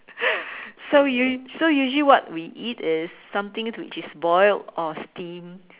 so usu~ so usually what we eat is something which is boiled or steamed